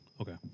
Okay